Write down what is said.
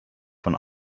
von